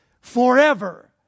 forever